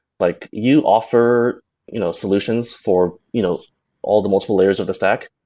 like you offer you know solutions for you know all the multiple layers of the stack.